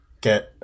get